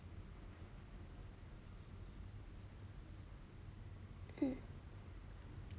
mm